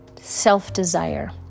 self-desire